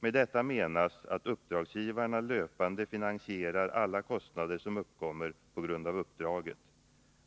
Med detta menas att uppdragsgivarna löpande finansierar alla kostnader som uppkommer på grund av uppdraget.